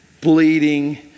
bleeding